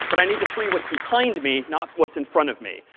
but i need to free what's behind me, not what's in front of me.